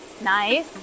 Nice